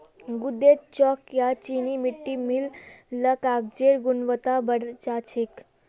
गूदेत चॉक या चीनी मिट्टी मिल ल कागजेर गुणवत्ता बढ़े जा छेक